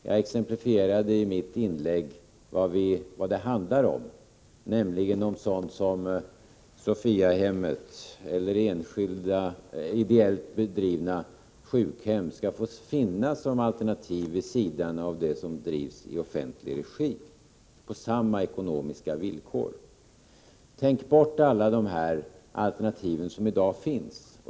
Jag exemplifierade i mitt inlägg vad det handlar om, nämligen om sådana som Sophiahemmet eller enskilda ideellt drivna sjukhem skall få finnas som alternativ vid sidan av sådant som drivs i offentlig regi och på samma ekonomiska villkor. Tänk bort alla de alternativ som i dag finns.